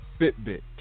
Fitbit